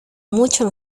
mucho